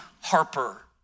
Harper